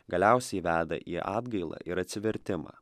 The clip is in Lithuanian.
galiausiai veda į atgailą ir atsivertimą